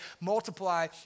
multiply